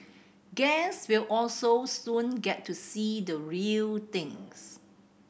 guests will also soon get to see the real thing